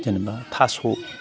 जेनेबा थास'